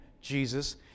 Jesus